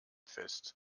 fest